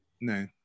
No